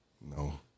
no